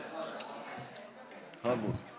בכבוד.